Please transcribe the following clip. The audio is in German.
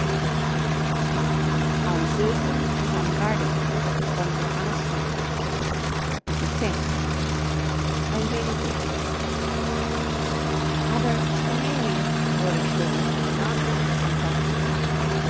kapitel ein wenig licht aber stineli wurde stiller und magerer von tag zu tag